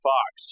Fox